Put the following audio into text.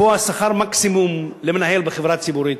לקבוע שכר מקסימום למנהל בחברה ציבורית,